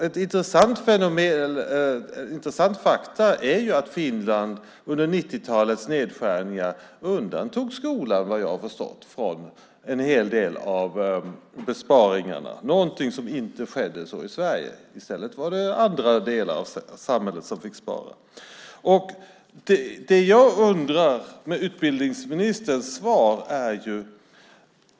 Ett intressant faktum är att Finland under 90-talets nedskärningar vad jag har förstått undantog skolan från en hel del av besparingarna, någonting som inte skedde i Sverige. I stället var det andra delar av samhället som fick spara. Jag undrar över utbildningsministerns svar.